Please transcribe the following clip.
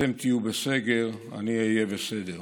אתם תהיו בסגר, אני אהיה בסדר.